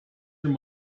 your